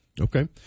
Okay